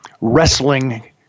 wrestling